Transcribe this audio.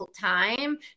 time